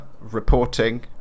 reporting